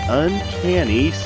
uncanny